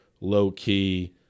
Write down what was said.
low-key